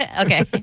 Okay